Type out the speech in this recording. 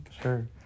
sure